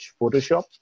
photoshop